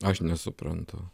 aš nesuprantu